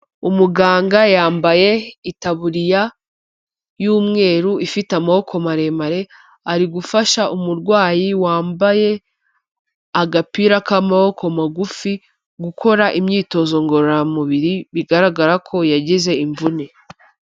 Umuganga yambaye itaburiya y'umweru ifite amaboko maremare, ari gufasha umurwayi wambaye agapira k'amaboko magufi gukora imyitozo ngororamubiri, bigaragara ko yagize imvune.